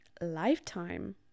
lifetime